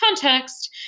context